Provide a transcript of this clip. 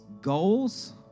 goals